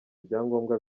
ibyangombwa